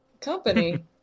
Company